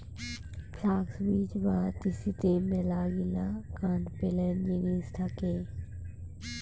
flux বীজ বা তিসিতে মেলাগিলা কান পেলেন জিনিস থাকে